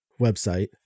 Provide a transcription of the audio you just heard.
website